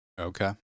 Okay